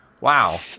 Wow